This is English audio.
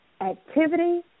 Activity